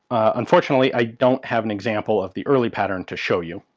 unfortunately, i don't have an example of the early pattern to show you.